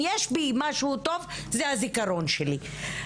אם יש בי משהו טוב, זה הזיכרון שלי.